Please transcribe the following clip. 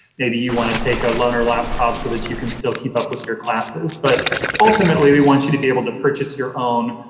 maybe you want to take a loaner laptop so that you can still keep up with your classes. but ultimately, we want you to be able to purchase your own,